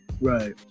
right